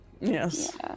Yes